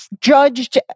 judged